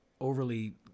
overly